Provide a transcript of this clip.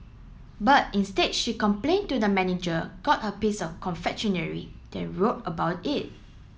but instead she complained to the manager got her piece of confectionery then wrote about it